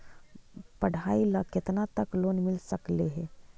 पढाई ल केतना तक लोन मिल सकले हे?